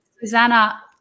Susanna